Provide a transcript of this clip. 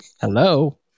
Hello